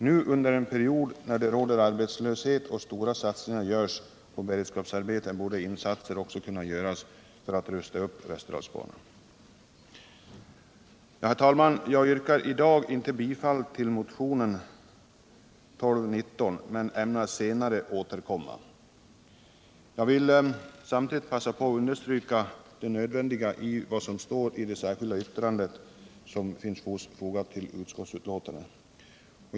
Nu under en period när det råder arbetslöshet och stora satsningar görs på beredskapsarbeten borde insatser också kunna göras för att rusta upp Västerdalsbanan. Herr talman! Jag yrkar i dag inte bifall till motionen 1219 men ämnar senare återkomma. Jag vill passa på att understryka det nödvändiga i vad som sägs i det särskilda yttrande som är fogat till utskottsbetänkandet.